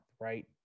right